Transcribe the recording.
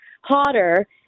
hotter